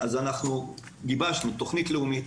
אז גיבשנו תוכנית לאומית